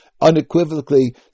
unequivocally